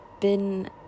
been-